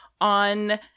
on